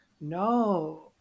No